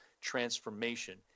transformation